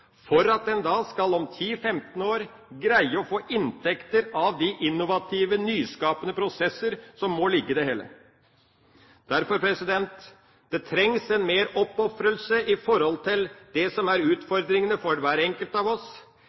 for at en om 10–15 år skal greie å få inntekter av de innovative nyskapende prosesser som må ligge i det hele. Derfor: Det trengs en mer oppofrelse i forhold til det som er utfordringene for hver enkelt av oss.